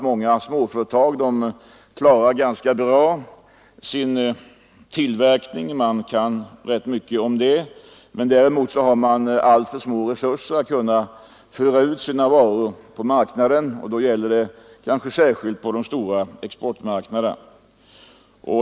Många småföretag klarar ganska bra sin tillverkning; sådant kan företagarna rätt mycket om. Däremot har de alltför små resurser för att kunna föra ut varorna särskilt på den stora exportmarknaden.